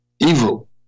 evil